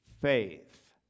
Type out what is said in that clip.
faith